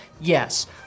Yes